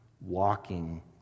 walking